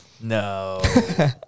No